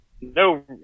no